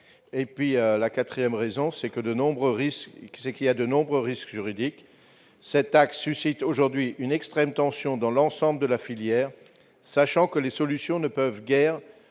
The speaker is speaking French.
territoire. Quatrièmement, il existe de nombreux risques juridiques. Cette taxe suscite aujourd'hui une extrême tension dans l'ensemble de la filière, sachant que les solutions ne peuvent guère